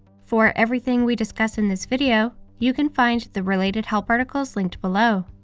for everything we discuss in this video, you can find the related help articles linked below.